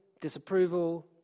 disapproval